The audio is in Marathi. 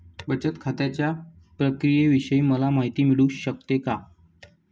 बचत खात्याच्या प्रक्रियेविषयी मला माहिती मिळू शकते का?